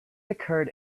occurred